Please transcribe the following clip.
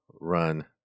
run